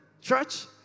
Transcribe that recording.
church